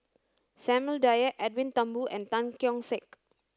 Samuel Dyer Edwin Thumboo and Tan Keong Saik